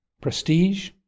prestige